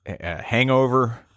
hangover